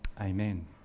Amen